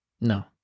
No